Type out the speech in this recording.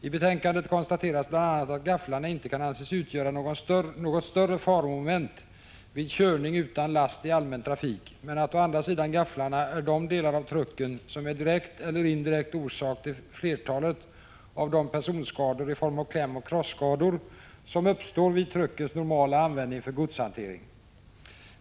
I betänkandet konstateras bl.a. att gafflarna inte kan anses utgöra något större faromoment vid körning utan last i allmän trafik, men att å andra sidan gafflarna är de delar av trucken som är direkt eller indirekt orsak till flertalet av de personskador i form av klämoch krosskador som uppstår vid truckens normala användning för godshantering.